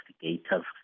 investigators